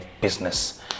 business